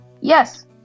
Yes